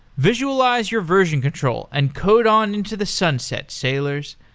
visualize your version control and code on into the sunset sailors.